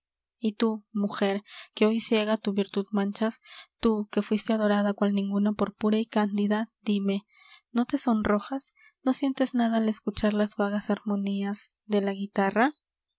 y tú mujer que hoy ciega tu virtud manchas tú que fuiste adorada cual ninguna por pura y cándida dime no te sonrojas no sientes nada al escuchar las vagas armonías de la guitarra